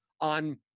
on